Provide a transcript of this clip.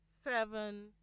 seven